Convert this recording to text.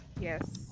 Yes